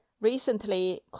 Recently